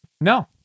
No